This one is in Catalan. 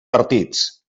partits